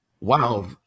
Wow